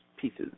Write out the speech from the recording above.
pieces